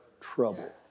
trouble